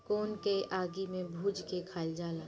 कोन के आगि में भुज के खाइल जाला